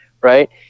right